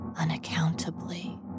Unaccountably